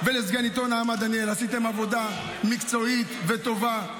ולסגניתו נעמה דניאל, עשיתם עבודה מקצועית וטובה.